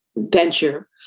Venture